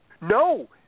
No